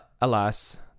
alas